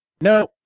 No